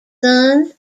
sons